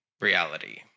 reality